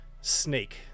snake